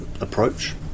approach